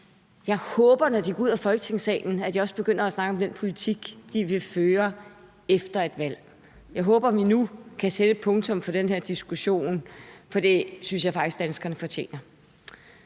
Jeg håber, at når de går ud af Folketingssalen, begynder de også at snakke om den politik, de vil føre efter et valg. Jeg håber, at vi nu kan sætte et punktum for den her diskussion, for det synes jeg faktisk danskerne fortjener.